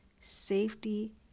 safety